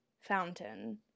fountain